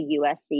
USC